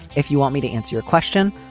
if you want me to answer your question,